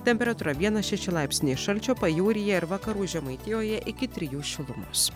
temperatūra vienas šeši laipsniai šalčio pajūryje ir vakarų žemaitijoje iki trijų šilumos